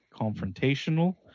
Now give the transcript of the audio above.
confrontational